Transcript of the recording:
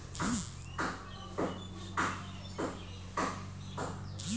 Bajaj finance limited এ ঋন পাওয়ার জন্য কি করতে হবে?